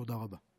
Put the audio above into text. תודה רבה.